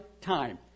time